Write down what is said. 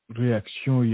réaction